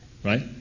Right